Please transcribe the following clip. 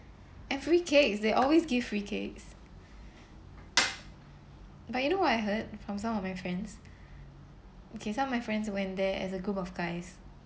every cakes they always give free cakes but you know what I heard from some of my friends okay some of my friends went there as a group of guys